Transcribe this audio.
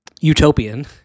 utopian